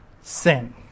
sin